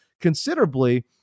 considerably